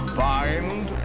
find